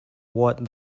what